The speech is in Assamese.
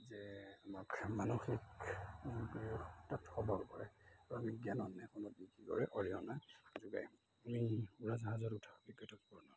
যে আমাক মানসিকতাত সবল কৰে বা জ্ঞান অন্বেষণত কি কৰে অৰিহণা যোগায় আমি উৰাজাহাজত উঠা অভিজ্ঞতা বৰ্ণনা কৰোঁ